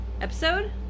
episode